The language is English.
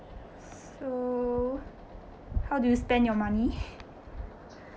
so how do you spend your money